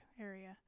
area